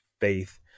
faith